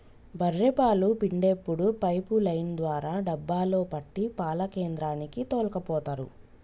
బఱ్ఱె పాలు పిండేప్పుడు పైపు లైన్ ద్వారా డబ్బాలో పట్టి పాల కేంద్రానికి తోల్కపోతరు